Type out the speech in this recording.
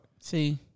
See